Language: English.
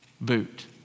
boot